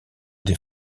des